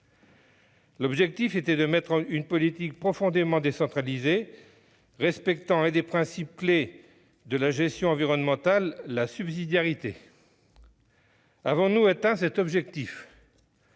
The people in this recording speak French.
L'objectif était de mettre en place une politique profondément décentralisée, respectant l'un des principes clés de la gestion environnementale : la subsidiarité. Avons-nous atteint cet objectif ?